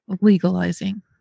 legalizing